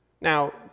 Now